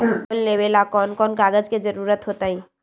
Loan लेवेला कौन कौन कागज के जरूरत होतई?